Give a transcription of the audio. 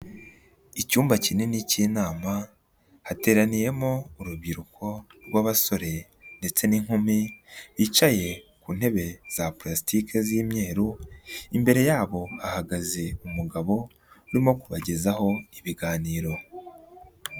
Icyumba kinini cy'inama, hateraniyemo urubyiruko rw'abasore ndetse n'inkumi, bicaye ku ntebe za polisitike z'imyeru, imbere yabo hahagaze umugabo urimo kubagezaho ibiganiro.